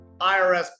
IRS